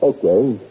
Okay